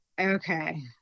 Okay